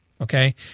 Okay